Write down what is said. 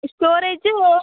storage